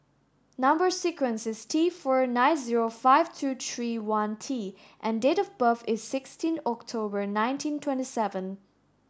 number sequence is T four nine zero five two three one T and date of birth is sixteen October nineteen twenty seven